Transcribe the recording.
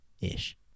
ish